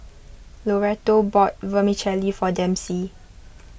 Loretto bought Vermicelli for Dempsey